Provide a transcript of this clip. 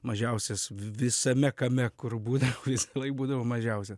mažiausias visame kame kur būna visąlaik būdavau mažiausias